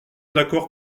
d’accord